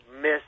miss